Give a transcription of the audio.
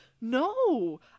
no